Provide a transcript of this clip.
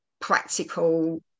practical